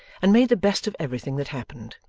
and made the best of everything that happened.